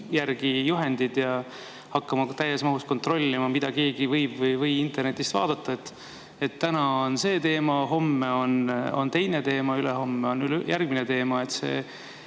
[kasutusele] ja hakkama täies mahus kontrollima, mida keegi võib või ei või internetist vaadata: täna on see teema, homme on teine teema, ülehomme on järgmine teema.